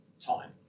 time